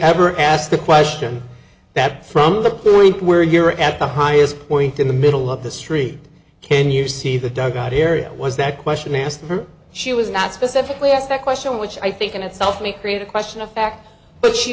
ever asked the question that from the point where you were at the highest point in the middle of the street can you see the dugout area was that question i asked her she was not specifically asked that question which i think in itself may create a question of fact but she